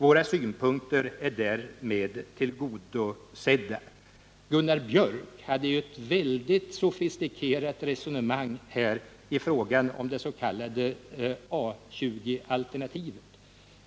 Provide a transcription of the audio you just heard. Våra synpunkter är därmed tillgodosedda. Gunnar Björk i Gävle förde ett väldigt sofistikerat resonemang här i fråga om det s.k. A 20-alternativet.